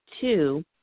Two